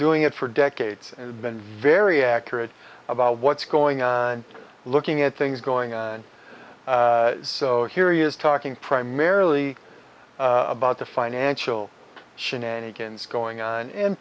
doing it for decades been very accurate about what's going on looking at things going on so here he is talking primarily about the financial shenanigans going on in